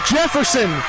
Jefferson